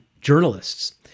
journalists